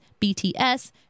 bts